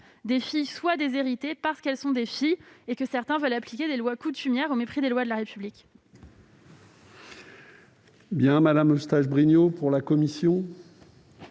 des filles soient déshéritées parce qu'elles sont des filles et que certains veuillent appliquer des lois coutumières au mépris des lois de la République.